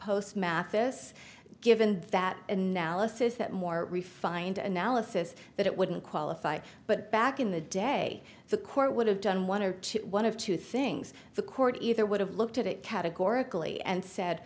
post mathis given that analysis that more refined analysis that it wouldn't qualify but back in the day the court would have done one or two one of two things the court either would have looked at it categorically and said